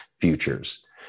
futures